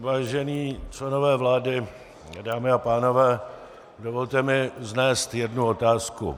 Vážení členové vlády, dámy a pánové, dovolte mi vznést jednu otázku.